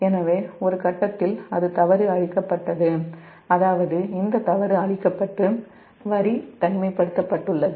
எனவே ஒரு கட்டத்தில் அது தவறு அழிக்கப்பட்டது அதாவது இந்த தவறு அழிக்கப்பட்டு வரி தனிமைப்படுத்தப்பட்டுள்ளது